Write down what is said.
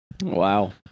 Wow